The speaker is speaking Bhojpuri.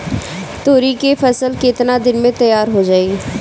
तोरी के फसल केतना दिन में तैयार हो जाई?